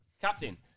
Captain